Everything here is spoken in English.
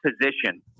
position